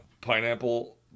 pineapple